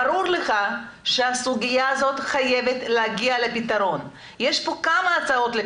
ברור לך שהסוגיה הזאת חייבת להגיע לפתרון ויש כאן כמה הצעות.